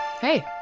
Hey